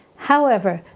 however,